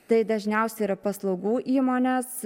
tai dažniausiai yra paslaugų įmonės